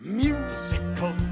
musical